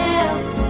else